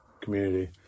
community